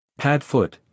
Padfoot